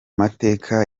mateka